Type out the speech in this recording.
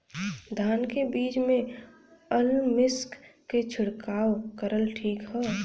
धान के बिज में अलमिक्स क छिड़काव करल ठीक ह?